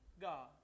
God